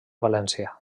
valència